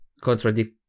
contradict